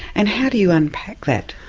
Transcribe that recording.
and how do you unpack that?